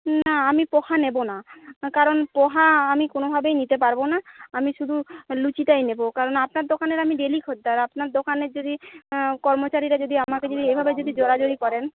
না আমি পোহা নেব না কারণ পোহা আমি কোনোভাবেই নিতে পারবো না আমি শুধু লুচিটাই নেব কারণ আপনার দোকানের আমি ডেইলি খদ্দের আপনার দোকানের যদি কর্মচারীরা যদি আমাকে যদি এভাবে যদি জোড়া জোড়ি করেন